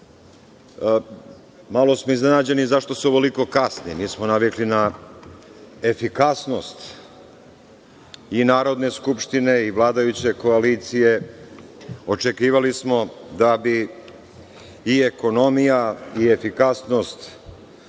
malo smo iznenađeni zašto se ovoliko kasni. Nismo navikli na efikasnost i Narodne skupštine i vladajuće koalicije. Očekivali smo da bi i ekonomija i efikasnost